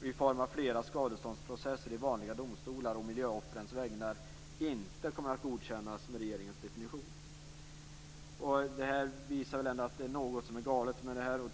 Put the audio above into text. och i form av flera skadeståndsprocesser i vanliga domstolar å miljöoffrens vägnar, inte kommer att godkännas med regeringens definition. Det visar ändå att det är något som är galet med förslaget.